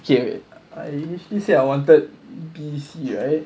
here I initially said I wanted B C right